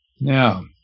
now